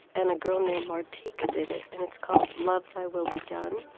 and a girl named martika did it. and it's called love. thy will be done.